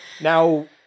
now